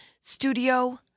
studio